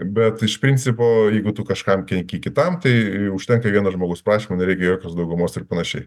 bet iš principo jeigu tu kažkam kenki kitam tai užtenka vieno žmogaus prašymo nereikia jokios daugumos ir panašiai